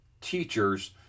Teachers